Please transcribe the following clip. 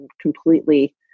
completely